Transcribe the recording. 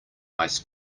ice